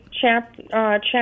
chapter